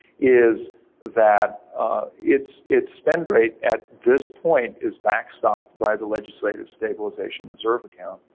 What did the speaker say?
is that its its spend rate at this point is back stopped by the legislative stabilization reserve account,